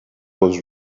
was